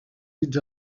dits